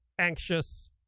anxious